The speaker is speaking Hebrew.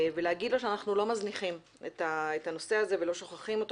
ולהגיד לו שאנחנו לא מזניחים את הנושא הזה ולא שוכחים אותו